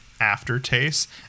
aftertaste